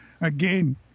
Again